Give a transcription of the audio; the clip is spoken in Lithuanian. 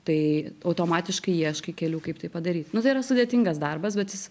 tai automatiškai ieškai kelių kaip tai padaryt nu tai yra sudėtingas darbas bet jis